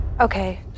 Okay